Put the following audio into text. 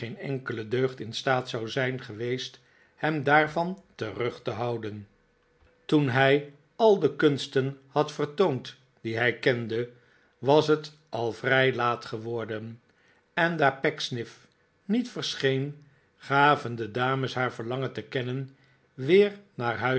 enkele deugd in staat zou zijn geweest hem daarvan terug te houden toen hij al de kunsten had vertoond die hij kende was het al vrij iaat geworden en daar pecksniff niet verscheen gaven de dames haar verlangen te kennen weer naar huis